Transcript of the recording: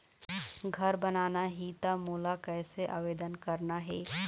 घर बनाना ही त मोला कैसे आवेदन करना हे?